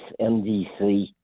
MDC